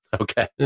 Okay